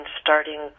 starting